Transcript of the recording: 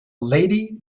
lady